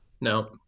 No